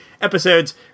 episodes